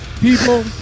people